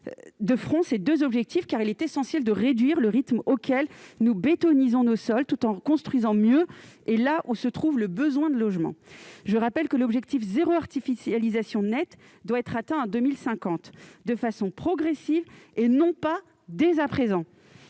de front ces deux objectifs, car il est essentiel de réduire le rythme auquel nous bétonnons nos sols tout en construisant mieux, là où se trouve le besoin de logements. Je rappelle que l'objectif « zéro artificialisation nette » doit être atteint en 2050, de façon progressive, et non pas dès à présent.